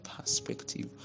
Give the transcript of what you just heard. perspective